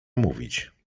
mówić